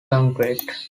concrete